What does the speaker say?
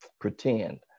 pretend